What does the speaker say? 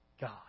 God